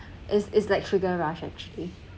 is is like sugar rush actually